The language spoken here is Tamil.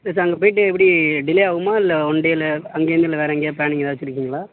இல்லை சார் அங்கே போய்ட்டு எப்படி டிலே ஆகுமா இல்லை ஒன் டேயில் அங்கேயிருந்து இல்லை வேறு எங்கேயாவது பிளானிங் ஏதாவது வைச்சிருக்கீங்களா